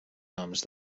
noms